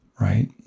right